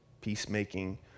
Peacemaking